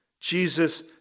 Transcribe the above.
Jesus